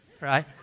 right